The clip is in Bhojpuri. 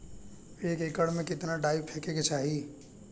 एक एकड़ में कितना डाई फेके के चाही?